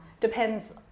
depends